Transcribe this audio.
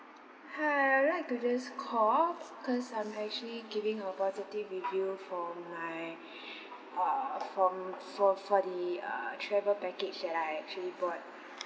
hi I would like to just call because I'm actually giving a positive review for my uh from for for the uh travel package that I actually bought